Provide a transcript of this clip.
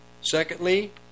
secondly